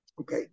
Okay